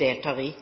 de